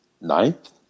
ninth